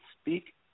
speak